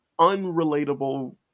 unrelatable